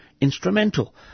instrumental